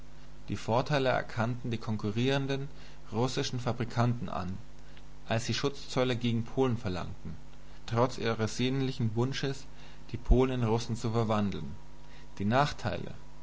die vorteile erkannten die konkurrierenden russischen fabrikanten an als die schutzzölle gegen polen verlangten trotz ihres sehnlichen wunsches die polen in russen zu verwandeln die nachteile